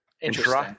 Interesting